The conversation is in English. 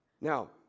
Now